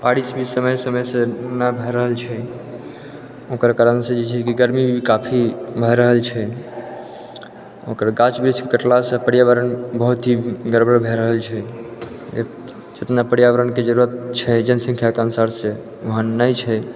बारिश भी समय समयसँ नहि भए रहल छै ओकर कारणसँ जे छै की गर्मी भी काफी भए रहल छै ओकर गाछ वृक्ष कटलासँ पर्यावरण बहुत ही गड़बड़ भए रहल छै जितना पर्यावरणके जरूरत छै जनसंख्याके अनुसारसँ ओहन नहि छै